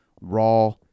Raw